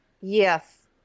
yes